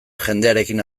jendearekin